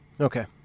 Okay